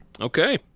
Okay